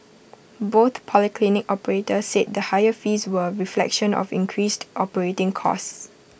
both polyclinic operators said the higher fees were A reflection of increased operating costs